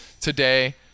today